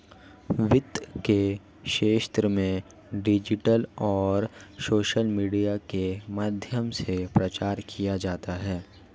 वित्त के क्षेत्र में डिजिटल और सोशल मीडिया के माध्यम से प्रचार किया जाता है